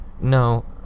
No